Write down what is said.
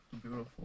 beautiful